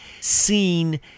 seen